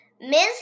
Miss